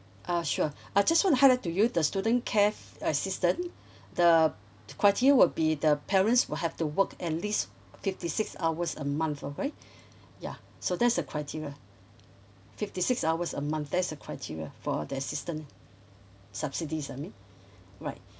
ah sure uh just want to highlight to you the student care assistant the criteria will be the parents will have to work at least fifty six hours a month alright ya so that's the criteria fifty six hours a month that is the criteria for the assistant subsidies I mean right